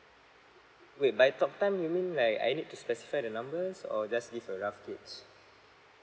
wait by talk time you mean like I need to specify the numbers or just give a rough gauge